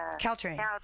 Caltrain